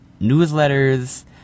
newsletters